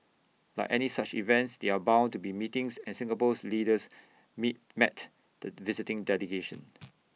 like any such events there are bound to be meetings and Singapore's leaders meet met the visiting delegation